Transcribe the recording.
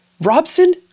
Robson